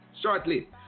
shortly